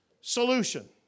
solution